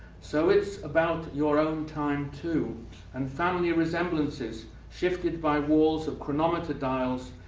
so it's about your own time too and family resemblances shifted by walls of chronometer dials,